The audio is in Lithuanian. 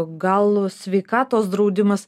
gal sveikatos draudimas